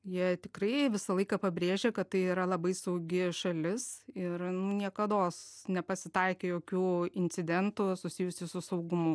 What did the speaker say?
jie tikrai visą laiką pabrėžia kad tai yra labai saugi šalis ir niekados nepasitaikė jokių incidentų susijusių su saugumu